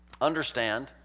understand